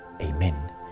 Amen